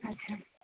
আচ্ছা